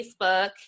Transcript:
Facebook